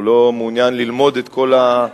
הוא לא מעוניין ללמוד את כל, פה.